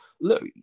look